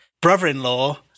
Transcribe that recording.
brother-in-law